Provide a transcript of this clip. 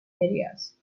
areas